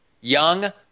Young